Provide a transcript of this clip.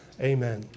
Amen